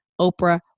Oprah